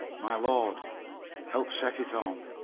my lord help set it on.